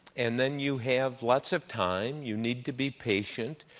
and then you have lots of time, you need to be patient.